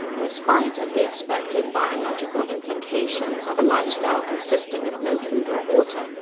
in spite of the expected biological implications of a lifestyle consisting of no food or water,